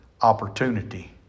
opportunity